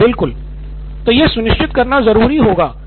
professor तो यह सुनिश्चित करना ज़रूरी होगा